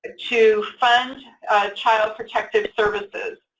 ah to fund child protective services.